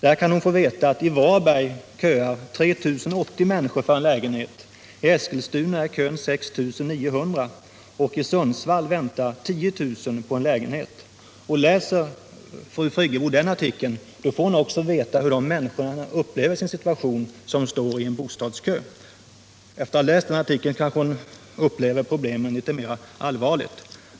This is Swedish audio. Där kan man få veta att det i Varberg köar 3 080 människor för att få en lägenhet. I Eskilstuna uppgår kön till 6 900, och i Sundsvall väntar 10 000 människor på en lägenhet. Läser fru Friggebo den artikeln får hon också veta hur de människor som står i bo stadskö upplever sin situation. Efter det att hon läst den artikeln upplever — Nr 25 hon kanske problemen litet mera allvarligt.